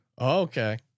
Okay